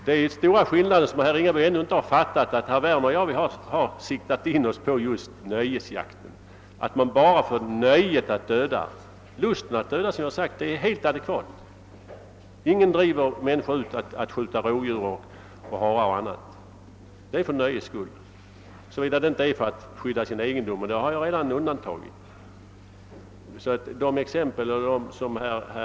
Det är den stora skillnaden, och den har herr Ringaby inte fattat. Herr Werner och jag har siktat in oss just på nöjesjakten, vilken man ägnar sig åt på grund av »lusten att döda» som jag tidigare sade — det är ett helt adekvat uttryck. Ingen dri ver människor ut för att skjuta rådjur, harar eller annat villebråd, utan den jakten sker för nöjes skull. Man kan naturligtvis också jaga för att skydda sin egendom, och den jakten bör, som jag redan sagt, undantas.